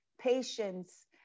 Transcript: patience